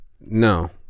No